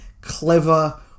clever